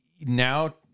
now